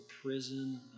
prison